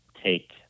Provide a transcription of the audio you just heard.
take